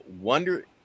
wonder